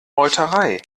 meuterei